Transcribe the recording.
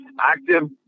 active